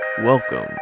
Welcome